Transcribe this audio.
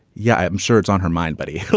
yeah, i'm sure it's on her mind body.